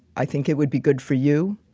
i think it would be good for you.